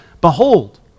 behold